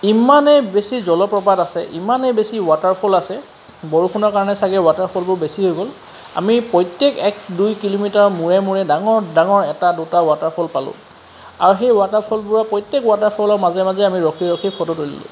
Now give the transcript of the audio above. ইমানেই বেছি জলপ্ৰপাত আছে ইমানেই বেছি ৱাটাৰফল আছে বৰষুণৰ কাৰণে চাগে ৱাটাৰফলবোৰ বেছি হৈ গ'ল আমি প্ৰত্যেক এক দুই কিলোমিটাৰ মূৰে ডাঙৰ ডাঙৰ এটা দুটা ৱাটাৰফল পালোঁ আৰু সেই ৱাটাৰফলবোৰত প্ৰত্যেক ৱাটাৰফলৰ মাজে মাজে আমি ৰখি ৰখি ফটো তুলিলোঁ